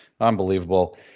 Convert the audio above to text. Unbelievable